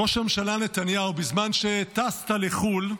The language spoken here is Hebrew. ראש הממשלה נתניהו, בזמן שטסת לחו"ל,